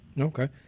Okay